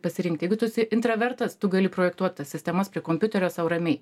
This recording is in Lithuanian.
pasirinkt jeigu tu esi intravertas tu gali projektuot tas sistemas prie kompiuterio sau ramiai